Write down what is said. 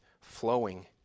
flowing